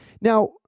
Now